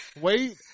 Wait